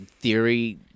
Theory